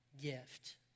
gift